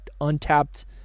untapped